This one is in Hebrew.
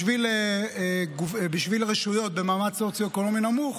בשביל רשויות במעמד סוציו-אקונומי נמוך,